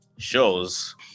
Shows